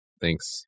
Thanks